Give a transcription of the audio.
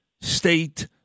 state